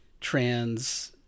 trans